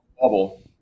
bubble